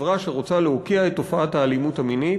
כחברה שרוצה להוקיע את תופעת האלימות המינית,